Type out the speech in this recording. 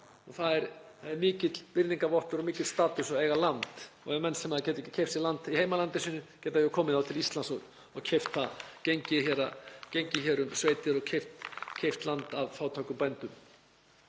það er mikill virðingarvottur og mikill status að eiga land og menn sem geta ekki keypt sér land í heimalandi sínu geta komið til Íslands og keypt það, gengið hér um sveitir og keypt land af fátækum bændum.